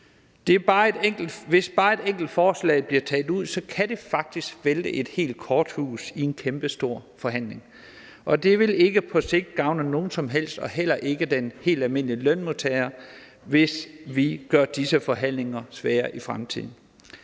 Hvis bare et enkelt forslag bliver taget ud, kan det faktisk vælte et helt korthus i en kæmpestor forhandling, og det vil ikke på sigt gavne nogen som helst og heller ikke den helt almindelige lønmodtager, hvis vi gør disse forhandlinger sværere i fremtiden.